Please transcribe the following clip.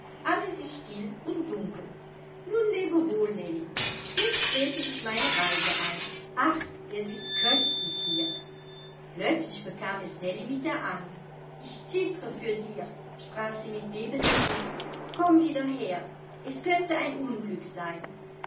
alles ist still und dunkel nun lebe wohl nellie jetzt trete ich meine reise an ach es ist köstlich hier plötzlich bekam es nellie mit der angst ich zittre für dir sprach sie mit bebenden lippen komm wieder her es könnte ein unglück sein